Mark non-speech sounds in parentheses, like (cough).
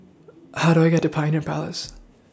(noise) How Do I get to Pioneer Palace